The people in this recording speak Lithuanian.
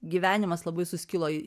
gyvenimas labai suskilo į